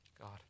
God